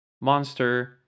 monster